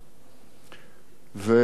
ובשנת 1985,